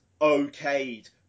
okayed